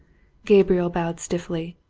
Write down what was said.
gabriel bowed stiffly.